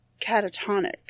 catatonic